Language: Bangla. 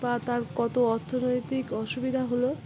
বা তার কত অর্থনৈতিক অসুবিধা হলো